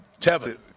Tevin